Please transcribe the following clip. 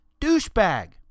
douchebag